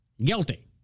Guilty